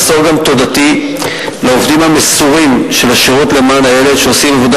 מסור גם תודתי לעובדים המסורים של השירות למען הילד שעושים עבודה